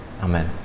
Amen